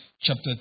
Chapter